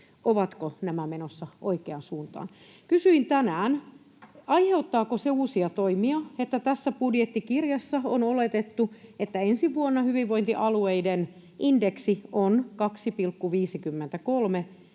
kumpikaan menossa oikeaan suuntaan. Kysyin tänään, aiheuttaako se uusia toimia, kun tässä budjettikirjassa on oletettu, että ensi vuonna hyvinvointialueiden indeksi on 2,53,